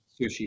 sushi